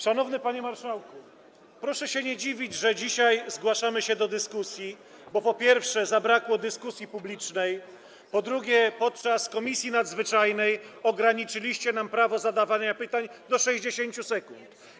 Szanowny panie marszałku, proszę się nie dziwić, że dzisiaj zgłaszamy się do dyskusji, bo po pierwsze, zabrakło dyskusji publicznej, po drugie, podczas prac Komisji Nadzwyczajnej ograniczyliście nam prawo zadawania pytań do 60 sekund.